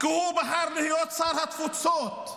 כי הוא בחר להיות שר התפוצות,